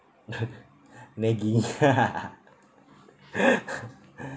naggy